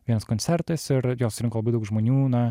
vienas koncertas ir jo surinko labai daug žmonių na